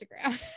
Instagram